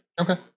Okay